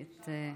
בבקשה.